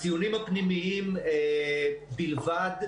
הציונים הפנימיים בלבד,